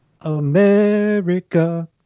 America